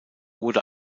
wurde